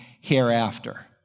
hereafter